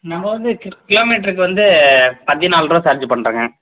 நம்ம வந்து கிலோமீட்டருக்கு வந்து பதினாலுருவா சார்ஜு பண்றோம்ங்க